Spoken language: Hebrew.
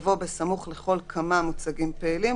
יבוא "בסמוך לכל כמה מוצגים פעילים",